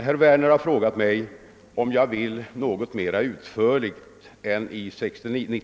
Herr talman!